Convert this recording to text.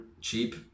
cheap